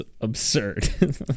absurd